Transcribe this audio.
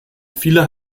viele